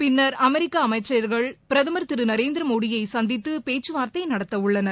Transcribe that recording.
பின்னர் அமெரிக்கஅமைச்சர்கள் பிரதமர் திருநரேந்திரமோடியைசந்தித்துபேச்சுவார்த்தைநடத்தஉள்ளனர்